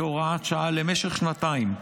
כהוראת שעה למשך שנתיים,